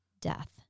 death